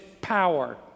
power